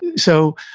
and so,